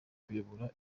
kuyobora